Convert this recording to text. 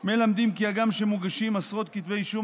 מלמדים כי הגם שמוגשים עשרות כתבי אישום,